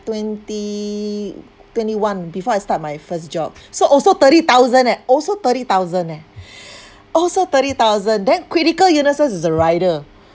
twenty twenty one before I start my first job so also thirty thousand eh also thirty thousand eh also thirty thousand then critical illnesses is the rider